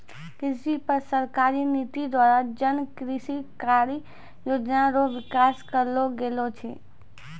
कृषि पर सरकारी नीति द्वारा जन कृषि कारी योजना रो विकास करलो गेलो छै